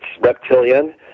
reptilian